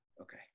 Okay